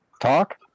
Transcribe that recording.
talk